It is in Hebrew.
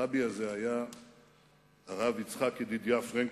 הרבי הזה היה הרב יצחק ידידיה פרנקל,